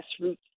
Grassroots